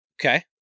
Okay